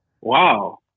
Wow